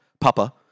papa